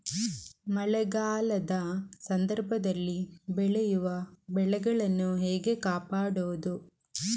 ಮಳೆಗಾಲದ ಸಂದರ್ಭದಲ್ಲಿ ಬೆಳೆಯುವ ಬೆಳೆಗಳನ್ನು ಹೇಗೆ ಕಾಪಾಡೋದು?